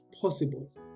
Possible